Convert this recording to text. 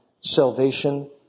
salvation